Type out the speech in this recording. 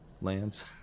lands